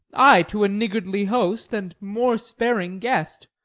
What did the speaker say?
ay, to a niggardly host and more sparing guest.